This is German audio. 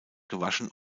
gewaschen